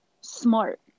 smart